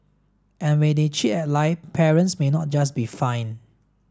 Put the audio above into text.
and when they cheat and lie parents may not just be fined